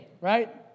right